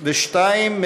1002,